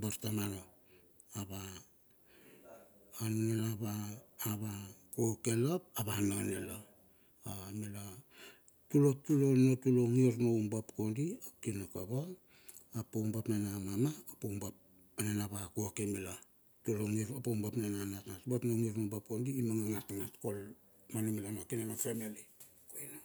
bar tamana ava anunila ava ava kokela ap ava nane la tulonotulo ngir noubap kondi a kina kava, oubap nina ava mama, ap oubap ninava koke mila ap ongir noubap nina natnat wat nongir noubab kodi imanga ngatngat kol manumila na kine na femeli koina.